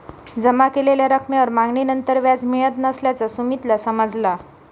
जमा केलेल्या रकमेवर मागणीनंतर व्याज मिळत नसल्याचा सुमीतला समजला